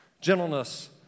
gentleness